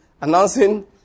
announcing